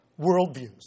worldviews